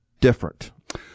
different